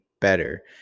better